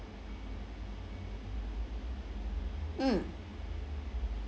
mm